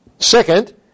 Second